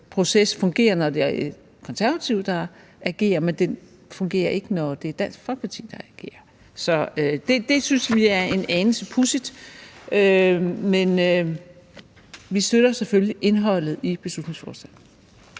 proces fungerer, når det er Konservative, der agerer, men den ikke fungerer, når det er Dansk Folkeparti, der agerer. Så det synes vi er en anelse pudsigt, men vi støtter selvfølgelig indholdet i beslutningsforslaget.